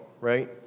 right